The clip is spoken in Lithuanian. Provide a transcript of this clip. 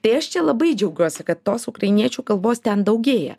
tai aš čia labai džiaugiuosi kad tos ukrainiečių kalbos ten daugėja